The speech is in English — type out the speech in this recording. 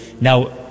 now